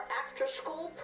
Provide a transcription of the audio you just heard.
after-school